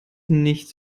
nichts